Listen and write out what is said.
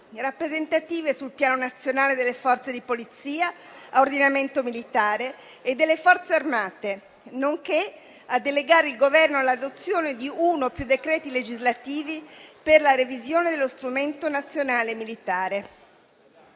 rappresentative sul piano nazionale delle Forze di polizia ad ordinamento militare e delle Forze armate - nonché a delegare il Governo all'adozione di uno più decreti legislativi per la revisione dello strumento nazionale militare.